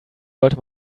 sollte